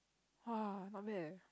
!wah! not bad eh